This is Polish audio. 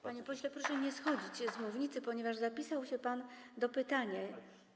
Panie pośle, proszę nie schodzić z mównicy, ponieważ zapisał się pan do pytania.